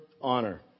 honor